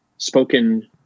spoken